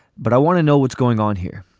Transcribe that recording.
but i want to know what's going on here.